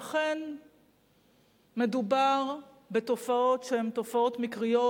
שאכן מדובר בתופעות שהן תופעות מקריות,